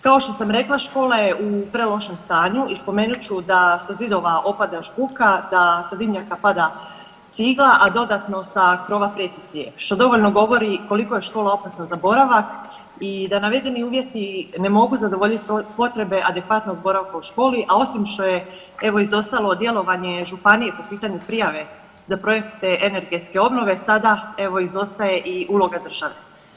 Kao što sam rekla, škola je u pre lošem stanju i spomenut ću da sa zidova opada žbuka, da sa dimnjaka pada cigla, a dodatno sa krova prijeti crijep, što dovoljno govori koliko je škola opasna za boravak i da navedeni uvjeti ne mogu zadovoljit potrebe adekvatnog boravka u školi, a osim što je evo izostalo djelovanje županije po pitanju prijave za projekte energetske obnove, sada evo izostaje i uloga države.